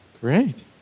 Great